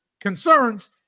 concerns